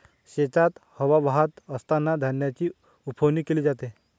शेतात हवा वाहत असतांना धान्याची उफणणी केली जाते